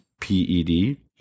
P-E-D